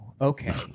okay